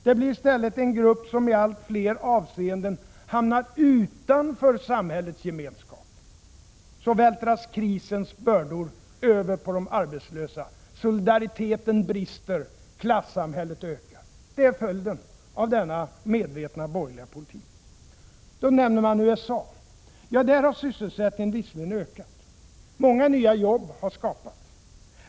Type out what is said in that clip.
De blir i stället en kategori som i allt fler avseenden hamnar utanför samhällets gemenskap. Så vältras krisens bördor över på de arbetslösa. Solidariteten brister, klasskillnaderna ökar. Det är följden av denna medvetna borgerliga politik. Då nämner man USA. Ja, där har visserligen sysselsättningen ökat. Många nya jobb har skapats.